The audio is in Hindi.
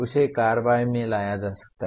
उसे कार्रवाई में लाया जा सकता है